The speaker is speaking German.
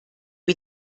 wie